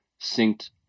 synced